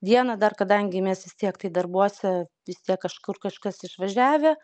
dieną dar kadangi mes vis tiek tai darbuose vis tiek kažkur kažkas išvažiavę